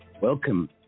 Welcome